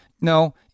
No